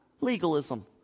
legalism